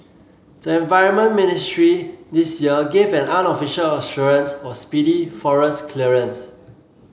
the environment ministry this year gave an unofficial assurance of speedy forest clearance